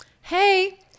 Hey